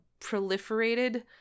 proliferated